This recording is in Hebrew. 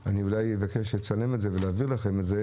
אני אבקש לצלם ולהעביר לכם את זה